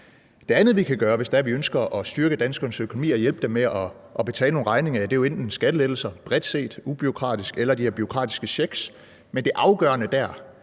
Det andet, vi kan gøre, hvis vi ønsker at styrke danskernes økonomi og hjælpe dem med at betale nogle regninger, er jo at give skattelettelser bredt set, enten ubureaukratisk eller med de her bureaukratiske checks, men det afgørende dér